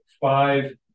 five